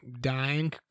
dying